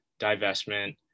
divestment